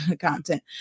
content